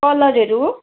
कलरहरू